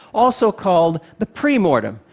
also called the pre-mortem.